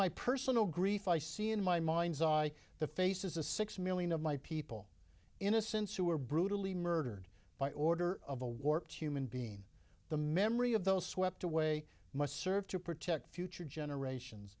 my personal grief i see in my mind's eye the faces a six million of my people in a sense who were brutally murdered by order of a warped human being the memory of those swept away must serve to protect future generations